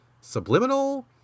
subliminal